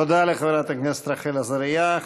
תודה לחברת הכנסת רחל עזריה.